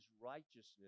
righteousness